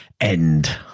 End